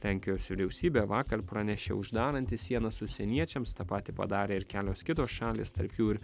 lenkijos vyriausybė vakar pranešė uždaranti sienas užsieniečiams tą patį padarė ir kelios kitos šalys tarp jų ir